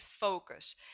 focus